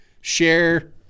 share